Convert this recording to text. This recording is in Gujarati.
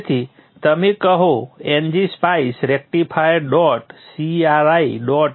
તેથી તમે કહો ngSpice રેક્ટિફાયર ડોટ cir